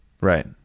Right